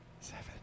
seven